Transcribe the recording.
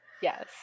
Yes